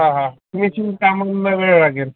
हां हां फिनिशींग कामांना वेळ लागेल